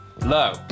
low